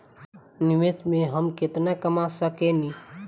निवेश से हम केतना कमा सकेनी?